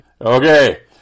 Okay